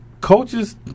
Coaches